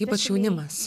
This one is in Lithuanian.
ypač jaunimas